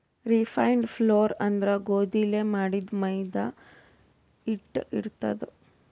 refined flour ಅಂದ್ರ ಗೋಧಿಲೇ ಮಾಡಿದ್ದ್ ಮೈದಾ ಹಿಟ್ಟ್ ಇರ್ತದ್